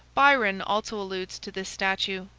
byron also alludes to this statue.